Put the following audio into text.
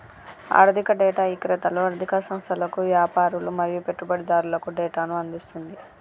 ఆర్ధిక డేటా ఇక్రేతలు ఆర్ధిక సంస్థలకు, యాపారులు మరియు పెట్టుబడిదారులకు డేటాను అందిస్తుంది